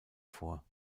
vor